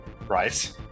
Right